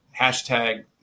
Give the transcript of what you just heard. hashtag